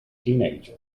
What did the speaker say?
teenager